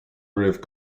roimh